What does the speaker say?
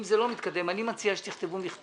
אם זה לא מתקדם, אני מציע שתכתבו מכתב.